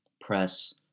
press